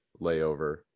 layover